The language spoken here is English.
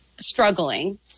struggling